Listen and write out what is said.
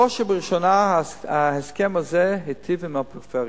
בראש ובראשונה ההסכם הזה היטיב עם הפריפריה,